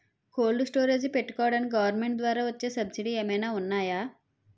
Cold storage పెట్టుకోడానికి government ద్వారా వచ్చే సబ్సిడీ ఏమైనా ఉన్నాయా?